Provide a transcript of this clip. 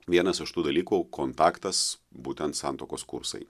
vienas iš tų dalykų kontaktas būtent santuokos kursai